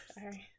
Sorry